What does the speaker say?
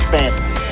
Fancy